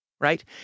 right